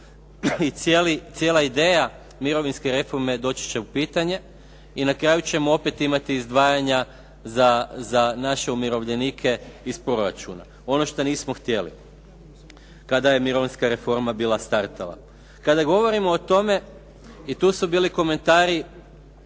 i cijela ideja mirovinske reforme doći će u pitanje i na kraju ćemo opet imati izdvajanja za naše umirovljenike iz proračuna, ono što nismo htjeli kada je mirovinska reforma bila startala. Kada govorimo o tome i tu su bili komentari